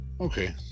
Okay